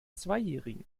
zweijährigen